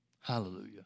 Hallelujah